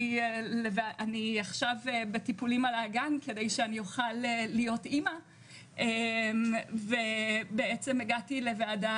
אני עכשיו בטיפולים על האגן כדי שאני אוכל להיות אימא ובעצם הגעתי לוועדה